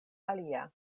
alia